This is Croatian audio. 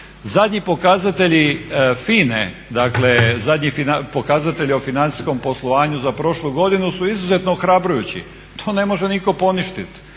Zadnji pokazatelji FINA-e, dakle zadnji pokazatelji o financijskom poslovanju za prošlu godinu su izuzetno ohrabrujući. To ne može nitko poništit.